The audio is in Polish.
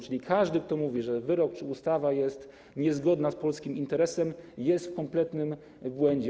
Czyli każdy, kto mówi, że wyrok czy ustawa jest niezgodna z polskim interesem, jest w kompletnym błędzie.